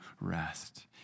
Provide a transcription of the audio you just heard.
rest